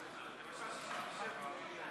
עד עשר דקות.